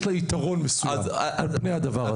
יש לה יתרון מסוים על פני הדבר הזה.